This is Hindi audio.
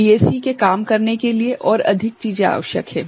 डीएसी के काम करने के लिए और अधिक चीजें आवश्यक हैं